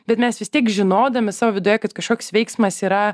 bet mes vis tiek žinodami savo viduje kad kažkoks veiksmas yra